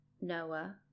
Noah